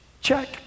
check